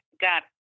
got